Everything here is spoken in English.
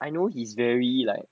I know he's very like